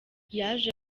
yaje